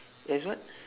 as what